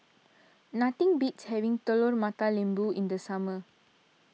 nothing beats having Telur Mata Lembu in the summer